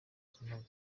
ubuzima